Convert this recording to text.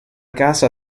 casa